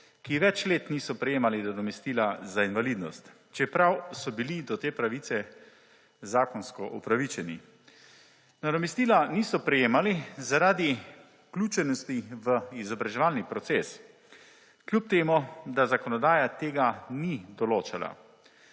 ki več let niso prejemali nadomestila za invalidnost, čeprav so bili do te pravice zakonsko upravičeni. Nadomestila niso prejemali zaradi vključenosti v izobraževalni proces, kljub temu da zakonodaja tega ni določala.